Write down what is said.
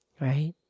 Right